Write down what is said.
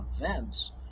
events